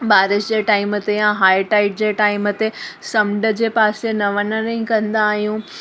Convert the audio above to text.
बारिश जे टाइम ते या हाय टाइड जे टाइम ते समूंड जे पासे न वञण जी न कंदा आहियूं